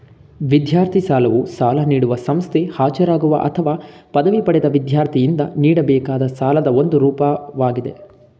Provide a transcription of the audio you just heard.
ವಿದ್ಯಾರ್ಥಿ ಸಾಲವು ಸಾಲ ನೀಡುವ ಸಂಸ್ಥೆ ಹಾಜರಾಗುವ ಅಥವಾ ಪದವಿ ಪಡೆದ ವಿದ್ಯಾರ್ಥಿಯಿಂದ ನೀಡಬೇಕಾದ ಸಾಲದ ಒಂದು ರೂಪವಾಗಿದೆ